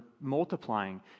multiplying